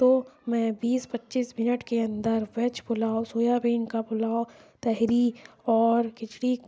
تو میں بیس پچیس منٹ کے اندر ویج پلاؤ سویا بین کا پلاؤ تہری اور کھچڑی